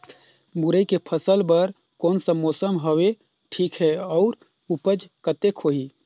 मुरई के फसल बर कोन सा मौसम हवे ठीक हे अउर ऊपज कतेक होही?